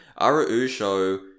Araujo